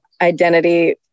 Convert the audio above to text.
identity –